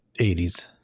80s